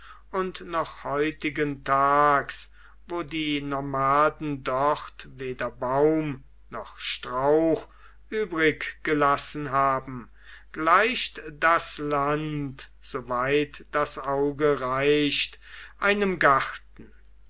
und noch heutigentags wo die nomaden dort weder baum noch strauch übrig gelassen haben gleicht das land so weit das auge reicht einem garten